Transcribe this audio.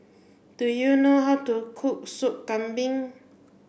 do you know how to cook soup Kambing